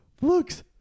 Looks